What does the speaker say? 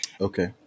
Okay